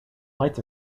lights